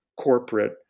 corporate